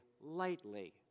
lightly